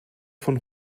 von